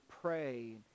pray